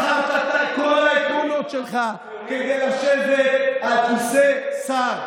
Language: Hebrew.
מכרת את כל העקרונות שלך כדי לשבת על כיסא שר.